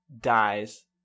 dies